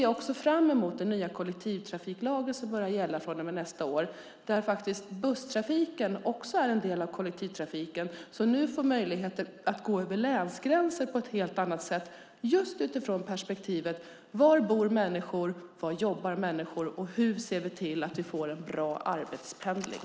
Jag ser därför fram emot den nya kollektivtrafiklagen som börjar gälla från och med nästa år, där busstrafiken också är en del av kollektivtrafiken som nu får möjligheter att gå över länsgränser på ett helt annat sätt just utifrån perspektivet var människor bor och var de jobbar. På så sätt kan vi få en bra arbetspendling.